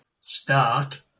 start